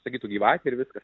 sakytų gyvatė ir viskas